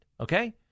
Okay